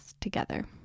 together